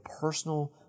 personal